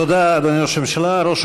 תודה, אדוני ראש הממשלה.